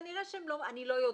כנראה שהן לא, אני לא יודעת.